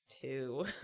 two